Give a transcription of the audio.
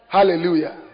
Hallelujah